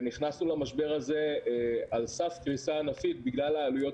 נכנסנו למשבר הזה על סף קריסה ענפית בגלל העלויות